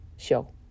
Show